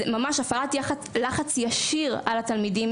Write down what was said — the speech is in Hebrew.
זה ממש הפעלת לחץ ישיר על התלמידים,